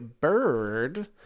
bird